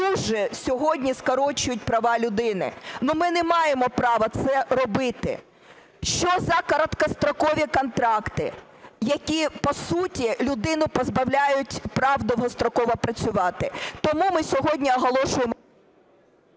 дуже сьогодні скорочують права людини? Ми не маємо права це робити. Що за короткострокові контракти, які, по суті, людину позбавляють прав довгостроково працювати? Тому ми сьогодні оголошуємо...